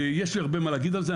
ויש לי הרבה מה להגיד על זה ,